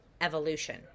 evolution